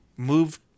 Move